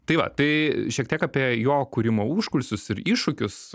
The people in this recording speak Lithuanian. tai va tai šiek tiek apie jo kūrimo užkulisius ir iššūkius